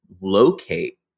locate